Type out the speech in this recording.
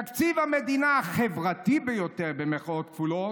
"תקציב המדינה 'החברתי ביותר'" במירכאות כפולות,